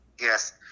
Yes